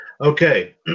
Okay